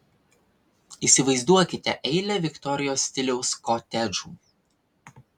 įsivaizduokite eilę viktorijos stiliaus kotedžų